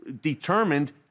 determined